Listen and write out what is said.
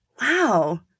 wow